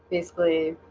basically